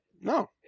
No